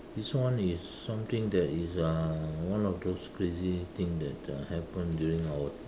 this one is something that is uh one of those crazy thing that uh happened during our